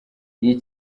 iyi